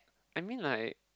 I mean like